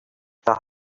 their